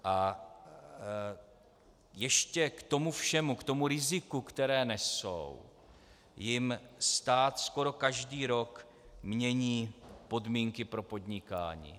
A ještě k tomu všemu, k riziku, které nesou, jim stát skoro každý rok mění podmínky pro podnikání.